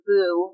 Boo